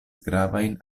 gravajn